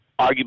arguably